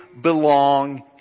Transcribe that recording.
belong